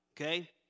okay